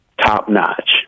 top-notch